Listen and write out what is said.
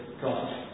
God